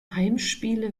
heimspiele